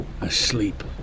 asleep